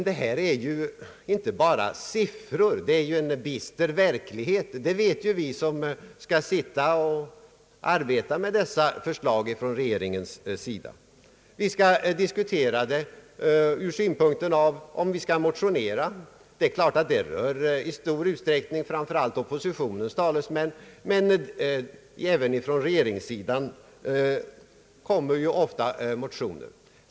Det gäller här inte bara tomma siffror, det ligger en bister verklighet bakom, det vet vi som har att arbeta med dessa regeringsförslag. Vi måste diskutera dem med tanke på de eventuella motioner som bör väckas. Det gäller i stor utsträckning oppositionens talesmän, men även från regeringens sida kommer ofta motioner.